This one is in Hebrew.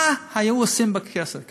מה היו עושים בכנסת כאן.